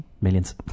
millions